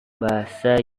bahasa